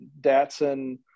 Datsun